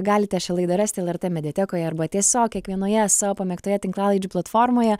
galite šią laidą rasti lrt mediatekoje arba tiesiog kiekvienoje savo pamėgtoje tinklalaidžių platformoje